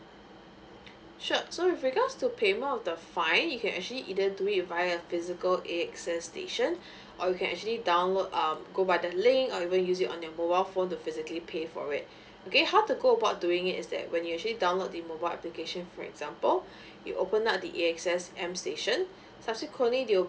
sure so with regards to pay more of the fine you can actually either do it via physical A X S station or you can actually download um go by the link or even use it on your mobile phone to physically pay for it okay how to go about doing it is that when you actually download the mobile application for example you open up the A X S M station subsequently they will